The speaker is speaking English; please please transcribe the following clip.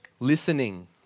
Listening